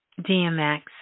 DMX